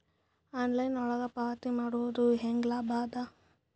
Online ಒಳಗ ಪಾವತಿ ಮಾಡುದು ಹ್ಯಾಂಗ ಲಾಭ ಆದ?